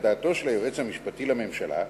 על דעתו של היועץ המשפטי לממשלה,